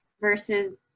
versus